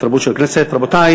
התרבות והספורט נתקבלה.